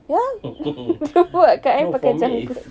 ya dia buat dekat I pakai janggut